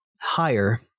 higher